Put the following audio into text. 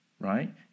right